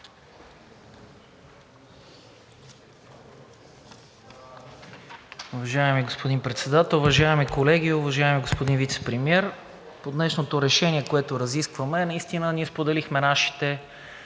Уважаеми господин Председател, уважаеми колеги, уважаеми господин Вицепремиер! По днешното решение, което разискваме, наистина ние споделихме нашата